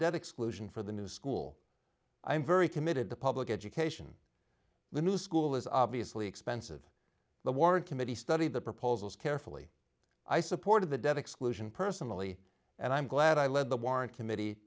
debt exclusion for the new school i'm very committed to public education the new school is obviously expensive the warren committee studied the proposals carefully i supported the debt exclusion personally and i'm glad i led the warrant committee